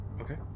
Okay